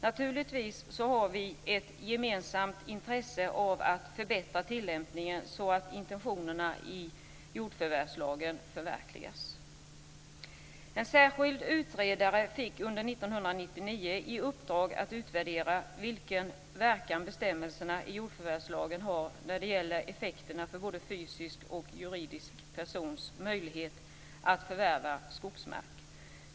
Naturligtvis har vi ett gemensamt intresse av att förbättra tillämpningen så att intentionerna i jordförvärvslagen förverkligas. En särskild utredare fick under 1999 i uppdrag att utreda vilken verkan bestämmelserna i jordförvärvslagen har när det gäller effekterna för både fysisk och juridisk persons möjligheter att förvärva skogsmark.